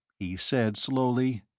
he said, slowly,